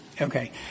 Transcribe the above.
Okay